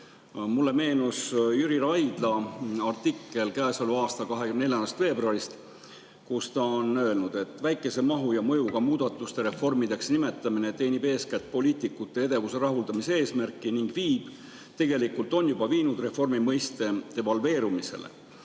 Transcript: Mulle meenus Jüri Raidla artikkel käesoleva aasta 24. veebruarist, kus ta ütles, et väikese mahu ja mõjuga muudatuste reformideks nimetamine teenib eeskätt poliitikute edevuse rahuldamise eesmärki ning viib või tegelikult on juba viinud reformi mõiste devalveerumisele.